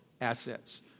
assets